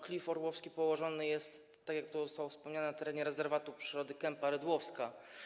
Klif Orłowski położony jest, tak jak to zostało wspomniane, na terenie rezerwatu przyrody Kępa Redłowska.